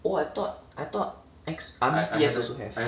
oh I thought I thought X~ I mean P_S also have